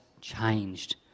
changed